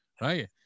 right